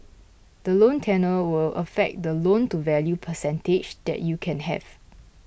the loan tenure will affect the loan to value percentage that you can have